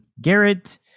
Garrett